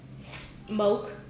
smoke